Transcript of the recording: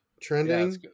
trending